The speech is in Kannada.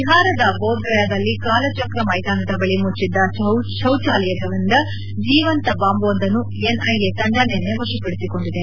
ಬಿಪಾರದ ಬೋದ್ಗಯಾದಲ್ಲಿ ಕಾಲಚಕ್ರ ಮೈದಾನದ ಬಳಿ ಮುಚ್ಚಿದ್ದ ಶೌಚಾಲಯವೊಂದರಿಂದ ಜೀವಂತ ಬಾಂಬ್ವೊಂದನ್ನು ಎನ್ಐಎ ತಂಡ ನಿನ್ನೆ ವಶಪಡಿಸಿಕೊಂಡಿದೆ